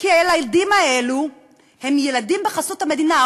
כי הילדים האלו הם ילדים בחסות המדינה.